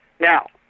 Now